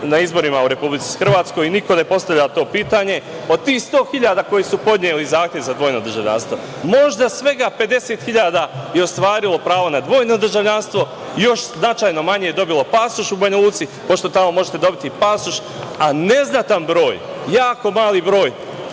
na izborima u Republici Hrvatskoj i niko ne postavlja to pitanje. Od tih 100.000 koji su podneli zahtev za dvojno državljanstvo, možda svega 50.000 je ostvarilo pravo na dvojno državljanstvo i još značajno manje dobilo pasoš u Banjaluci, pošto tamo možete dobiti pasoš, a neznatan broj, jako mali broj,